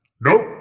Nope